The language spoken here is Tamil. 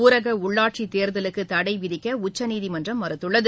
ஊரக உள்ளாட்சித் தேர்தலுக்கு தடை விதிக்க உச்சநீதிமன்றம் மறுத்துள்ளது